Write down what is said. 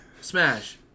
Smash